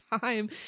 time